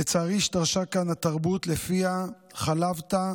לצערי השתרשה כאן תרבות שלפיה חלבת,